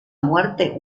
muerte